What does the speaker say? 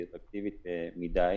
היא אטרקטיבית מדי.